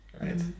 right